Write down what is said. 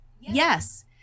Yes